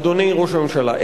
אדוני ראש הממשלה.